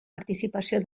participació